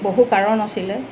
বহু কাৰণ আছিলে